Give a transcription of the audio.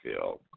field